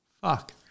Fuck